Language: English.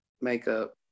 Makeup